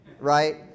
right